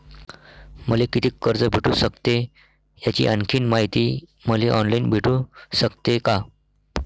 मले कितीक कर्ज भेटू सकते, याची आणखीन मायती मले ऑनलाईन भेटू सकते का?